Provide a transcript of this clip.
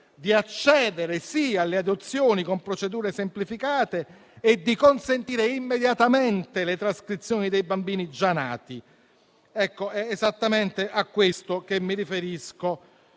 di accedere sia alle adozioni con procedure semplificate e di consentire immediatamente le trascrizioni dei bambini già nati. Ecco, è esattamente a questo che mi riferisco